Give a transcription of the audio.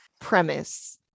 premise